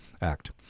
Act